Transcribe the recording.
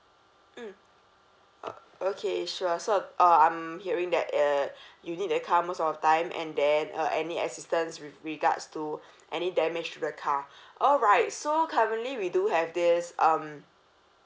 mm oh okay sure so uh I'm hearing that uh you need the car most of the time and then uh any assistance with regards to any damage to the car alright so currently we do have this um